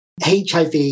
HIV